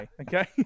Okay